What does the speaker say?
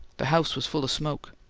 the house was full of smoke.